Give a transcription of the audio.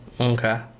okay